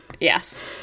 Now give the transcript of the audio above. Yes